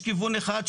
יש כיוון אחד,